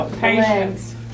patience